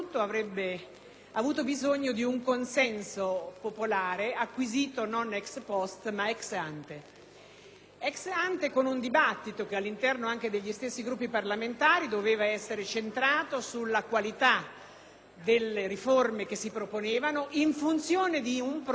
presupporre un dibattito che all'interno degli stessi Gruppi parlamentari doveva essere centrato sulla qualità delle riforme che si proponevano in funzione di un progetto di Europa, di quella Europa che vogliamo, di quella Europa politica che stenta a realizzarsi, che stenta ad alzare il